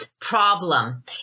problem